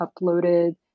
uploaded